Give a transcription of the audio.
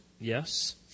Yes